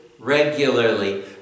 regularly